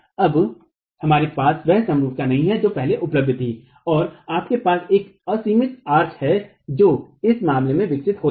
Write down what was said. अब आपके पास वह समरूपता नहीं है जो पहले उपलब्ध थी और आपके पास एक असममित आर्क है जो इस मामले में विकसित होता है